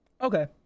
Okay